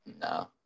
No